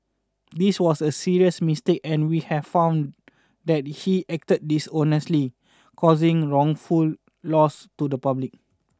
this was a serious mistake and we have found that he acted dishonestly causing wrongful loss to the public